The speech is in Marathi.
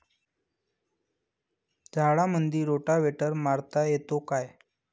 झाडामंदी रोटावेटर मारता येतो काय?